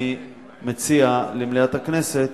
אני מציע למליאת הכנסת